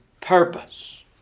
purpose